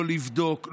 לא לבדוק,